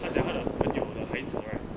他将他的朋友的孩子 right